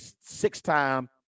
six-time